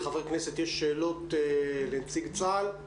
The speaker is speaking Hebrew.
האם לחברי הכנסת יש שאלות לנציג צה"ל?